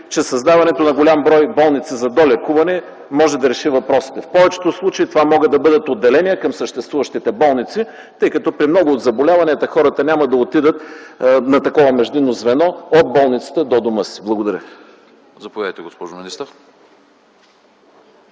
че създаването на голям брой болници за долекуване може да реши въпросите. В повечето случаи това могат да бъдат отделения към съществуващите болници, тъй като при много от заболяванията хората няма да отидат на такова междинно звено от болницата до дома си. Благодаря.